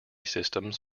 systems